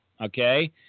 Okay